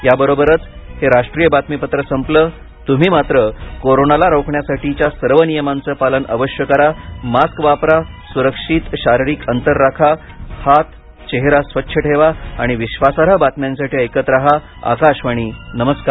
याबरोबरच हे राष्ट्रीय बातमीपत्र संपलं तुम्ही मात्र कोरोनाला रोखण्यासाठीच्या सर्व नियमांचं पालन अवश्य करा मास्क वापरा सुरक्षित शारीरिक अंतर राखा हात चेहरा स्वच्छ ठेवा आणि विश्वासार्ह बातम्यांसाठी ऐकत रहा आकाशवाणी नमरकार